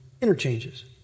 interchanges